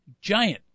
giant